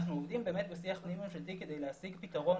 אנחנו עובדים בשיח כדי להשיג פתרון.